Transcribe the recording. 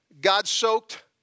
God-soaked